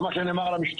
זה מה שנאמר על המשתלמים,